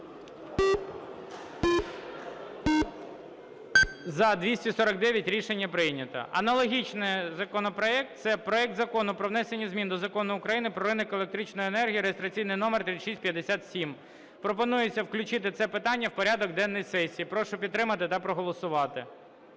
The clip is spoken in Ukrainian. За-249 Рішення прийнято. Аналогічний законопроект – це проект Закону про внесення змін до Закону України "Про ринок електричної енергії" (реєстраційний номер 3657). Пропонується включити це питання в порядок денний сесії. Прошу підтримати та проголосувати.